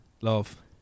Love